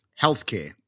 healthcare